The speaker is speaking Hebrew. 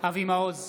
אבי מעוז,